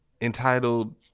entitled